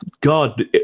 God